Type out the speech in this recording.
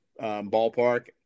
ballpark